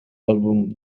álbum